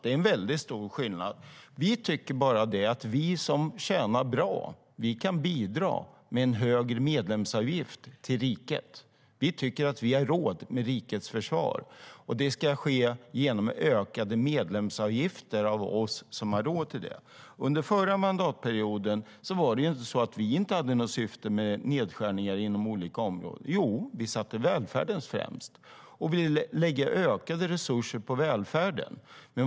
Det är en stor skillnad. Vi tycker att vi som tjänar bra kan bidra med en högre medlemsavgift till riket. Vi tycker att vi har råd med rikets försvar. Det ska finansieras genom ökade medlemsavgifter från oss som har råd med det. Vi hade också ett syfte med våra nedskärningar under förra mandatperioden. Vi satte välfärden främst och ville satsa ökade resurser på välfärden.